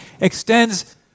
extends